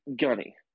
gunny